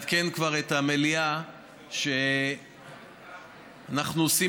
הייתי רוצה לעדכן כבר את המליאה שאנחנו עושים